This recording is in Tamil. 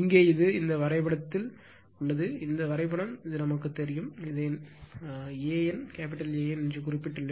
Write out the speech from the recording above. இங்கே இது இந்த வரைபடத்தில் தான் உள்ளது இந்த வரைபடம் இது நமக்குத் தெரியும் நான் இதை A N எனக் குறிப்பிட்டுள்ளேன்